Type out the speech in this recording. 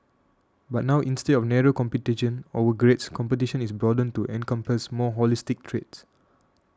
but now instead of narrow competition over grades competition is broadened to encompass more holistic traits